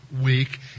week